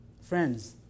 Friends